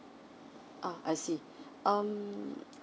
oh I see um